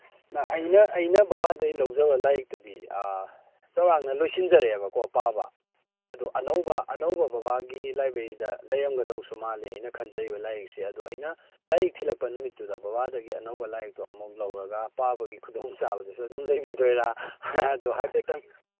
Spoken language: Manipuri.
ꯑꯩꯅ ꯑꯩꯅ ꯕꯕꯥꯗꯩ ꯂꯧꯖꯕ ꯂꯥꯏꯔꯤꯛꯇꯨꯗꯤ ꯆꯧꯔꯥꯛꯅ ꯂꯣꯏꯁꯤꯟꯖꯔꯦꯕꯀꯣ ꯄꯥꯕ ꯑꯗꯨ ꯑꯅꯧꯕ ꯑꯅꯧꯕ ꯕꯕꯥꯒꯤ ꯂꯥꯏꯕꯦꯔꯤꯗ ꯂꯩꯔꯝꯒꯗꯧꯁꯨ ꯃꯥꯜꯂꯦ ꯑꯩꯅ ꯈꯟꯖꯔꯤꯕ ꯂꯥꯏꯔꯤꯛꯁꯦ ꯑꯗꯨ ꯑꯩꯅ ꯂꯥꯏꯔꯤꯛ ꯊꯤꯜꯂꯛꯄ ꯅꯨꯃꯤꯠꯇꯨꯗ ꯕꯕꯥꯗꯒꯤ ꯑꯅꯧꯕ ꯂꯥꯏꯔꯤꯛꯇꯣ ꯑꯃꯨꯛ ꯂꯧꯔꯒ ꯄꯥꯕꯒꯤ ꯈꯨꯗꯣꯡ ꯆꯥꯕꯗꯨꯁꯨ ꯑꯗꯨꯝ ꯂꯩꯕꯤꯔꯣꯏꯔꯥ ꯑꯗꯨ ꯍꯥꯏꯐꯦꯠꯇꯪ